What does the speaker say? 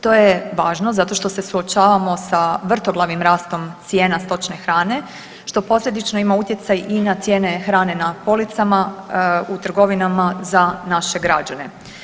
To je važno zato što se suočavamo sa vrtoglavim rastom cijena stočne hrane, što posljedično ima utjecaj i na cijene hrane na policama u trgovinama za naše građane.